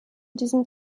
diesem